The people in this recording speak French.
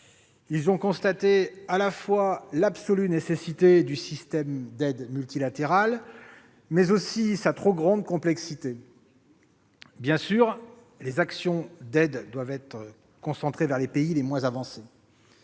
Ils y ont constaté non seulement l'absolue nécessité du système d'aide multilatéral, mais aussi sa trop grande complexité. Bien évidemment, les actions d'aide doivent être concentrées vers les pays les moins avancés.